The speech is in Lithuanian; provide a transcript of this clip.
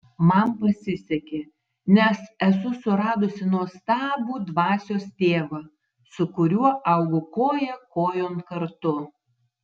man pasisekė nes esu suradusi nuostabų dvasios tėvą su kuriuo augu koja kojon kartu